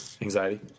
anxiety